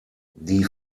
die